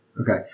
Okay